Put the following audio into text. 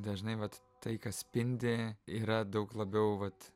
dažnai vat tai kas spindi yra daug labiau vat